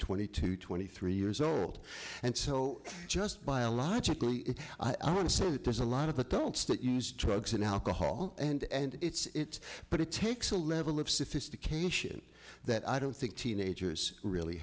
twenty two twenty three years old and so just biologically i want to say that there's a lot of adults that use drugs and alcohol and it's but it takes a level of sophistication that i don't think teenagers really